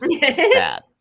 bad